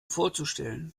vorzustellen